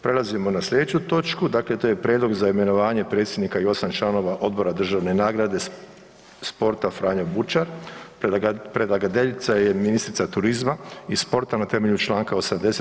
Prelazimo na slijedeću točku, dakle to je: - Prijedlog za imenovanje predsjednika i osam članova odbora državne nagrade sporta „Franjo Bučar“ Predlagateljica je ministrica turizma i sporta na temelju čl. 80.